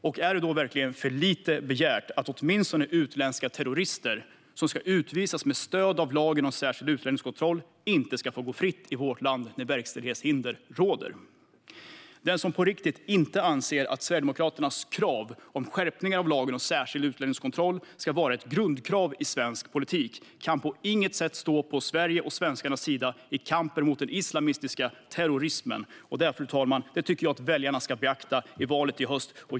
Är det då verkligen för mycket begärt att åtminstone utländska terrorister, som ska utvisas med stöd av lagen om särskild utlänningskontroll, inte ska få gå fritt i vårt land när verkställighetshinder råder? Den som på riktigt inte anser att Sverigedemokraternas krav på skärpningar av lagen om särskild utlänningskontroll ska vara ett grundkrav i svensk politik kan på inget sätt stå på Sveriges och svenskarnas sida i kampen mot den islamistiska terrorismen. Detta, fru talman, tycker jag att väljarna ska beakta i valet i höst.